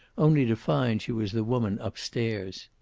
only to find she was the woman upstairs.